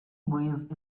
breeze